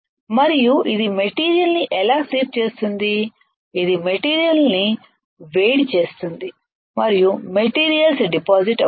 మరియు ఇది మెటీరియల్ ని ఎలా స్వీప్ చేస్తుంది అది మెటీరియల్ ని వేడి చేస్తుంది మరియు మెటీరియల్స్ డిపాజిట్ అవుతాయి